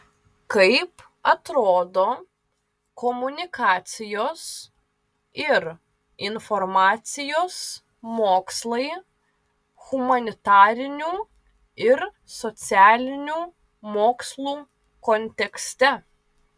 kaip atrodo komunikacijos ir informacijos mokslai humanitarinių ir socialinių mokslų kontekste